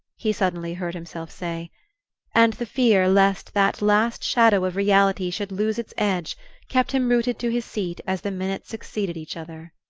he suddenly heard himself say and the fear lest that last shadow of reality should lose its edge kept him rooted to his seat as the minutes succeeded each other.